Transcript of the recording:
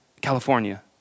California